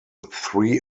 three